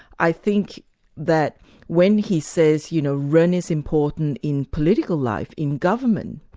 i think that when he says you know ren is important in political life, in government,